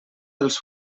els